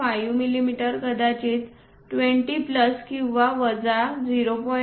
5 मिमी कदाचित 20 प्लस किंवा वजा 0